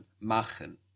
machen